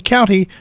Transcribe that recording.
County